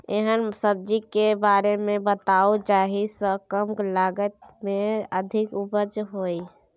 एहन सब्जी के बारे मे बताऊ जाहि सॅ कम लागत मे अधिक उपज होय?